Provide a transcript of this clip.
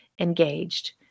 engaged